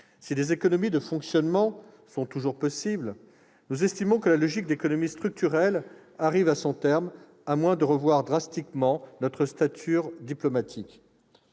si des économies de fonctionnement sont toujours possibles, nous estimons que la démarche d'économies structurelles arrive à son terme, sauf à revoir drastiquement notre stature diplomatique.